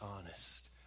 honest